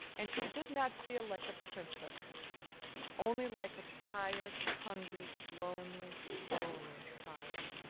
and she did not feel like a princess only like a tired, hungry, lonely, lonely child.